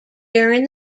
during